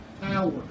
power